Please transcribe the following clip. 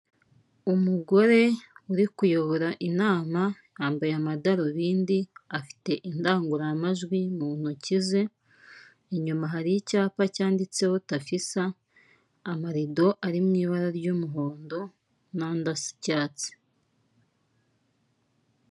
Umugore uri kuyobora inama yambaye amadarubindi, afite indangururamajwi mu ntoki ze, inyuma hari icyapa cyanditseho tafisa, amarido ari mu ibara ry'umuhondo n'andi asa icyatsi.